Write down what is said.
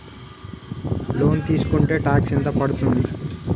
Loan తీస్కుంటే tax ఎంత పడ్తుంది?